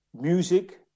music